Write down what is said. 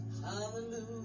Hallelujah